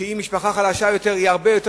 שהיא משפחה חלשה יותר הם הרבה יותר